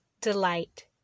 delight